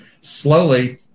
slowly